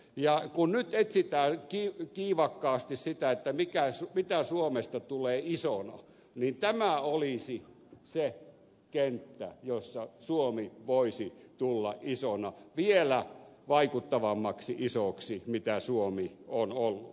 ja kun nyt etsitään kiivakkaasti sitä mitä suomesta tulee isona niin tämä olisi se kenttä jossa suomi voisi tulla isona vielä vaikuttavammaksi isoksi kuin suomi on ollut